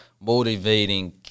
motivating